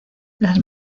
las